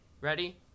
ready